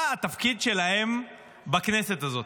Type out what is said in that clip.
מה התפקיד שלהם בכנסת הזאת?